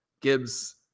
Gibbs